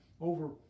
over